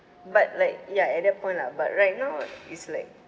but like ya at that point lah but right now is like